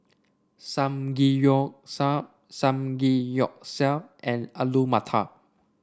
Samgeyopsal Samgeyopsal and Alu Matar